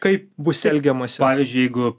kaip bus elgiamasi pavyzdžiui jeigu